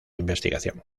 investigación